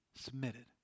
submitted